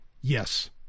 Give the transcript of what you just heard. Yes